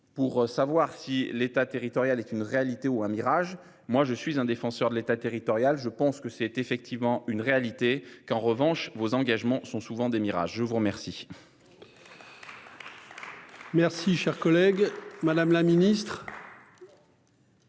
Pour savoir si l'État territorial est une réalité ou un mirage. Moi je suis un défenseur de l'État, territoriale, je pense que c'est effectivement une réalité. Qu'en revanche vos engagements sont souvent des Mirage. Je vous remercie.